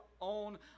own